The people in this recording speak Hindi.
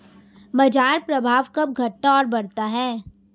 बाजार प्रभाव कब घटता और बढ़ता है?